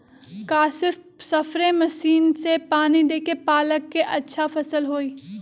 का सिर्फ spray machine से पानी देके पालक के अच्छा फसल होई?